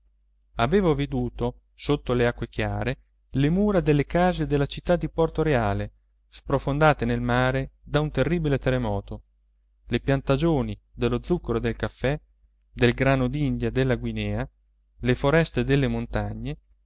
avevo veduto sotto le acque chiare le mura delle case della città di porto reale sprofondate nel mare da un terribile terremoto le piantagioni dello zucchero e del caffè del grano d'india e della guinea le foreste delle montagne